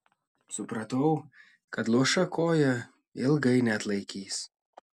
supratau kad luoša koja ilgai neatlaikys